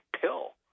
pill